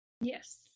Yes